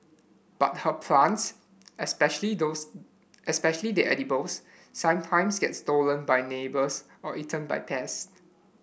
but her plants especially those especially the edibles sometimes get stolen by neighbours or eaten by pests